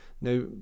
Now